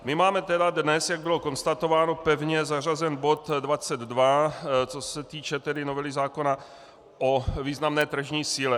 My máme tedy dnes, jak bylo konstatováno, pevně zařazen bod 22, co se týče tedy novely zákona o významné tržní síle.